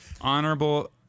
Honorable